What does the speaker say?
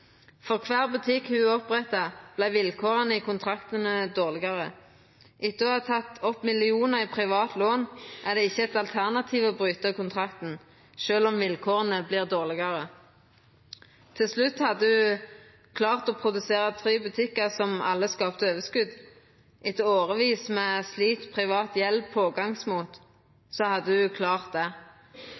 For kvar butikk ho oppretta, vart vilkåra i kontrakten dårlegare. Etter å ha teke opp millionar i privat lån var det ikkje eit alternativ å bryta kontrakten, sjølv om vilkåra vart dårlegare. Til slutt hadde ho klart å produsera tre butikkar som alle skapte overskot. Etter årevis med slit, privat gjeld og pågangsmot hadde ho klart det.